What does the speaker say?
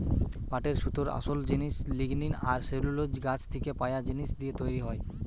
পাটের সুতোর আসোল জিনিস লিগনিন আর সেলুলোজ গাছ থিকে পায়া জিনিস দিয়ে তৈরি হয়